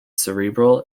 cerebral